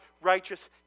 righteous